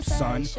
son